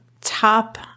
top